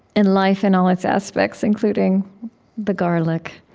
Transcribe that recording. in life and all its aspects, including the garlic,